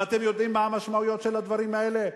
ואתם יודעים מה המשמעויות של הדברים האלה?